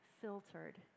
filtered